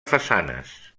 façanes